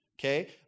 Okay